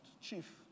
Chief